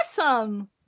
awesome